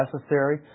necessary